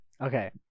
Okay